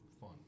fun